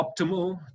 optimal